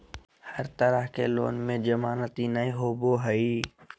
हर तरह के लोन में जमानती नय होबो हइ